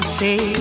say